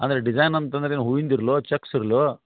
ಅಂದ್ರೆ ಡಿಸೈನ್ ಅಂತಂದ್ರೆ ಹೂವಿಂದು ಇರಲೋ ಚಕ್ಸ್ ಇರಲೋ